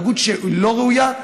זו התנהגות שהיא לא ראויה,